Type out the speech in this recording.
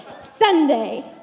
Sunday